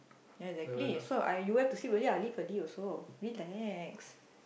exactly so I you went to sleep already lah I leave early also relax